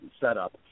setup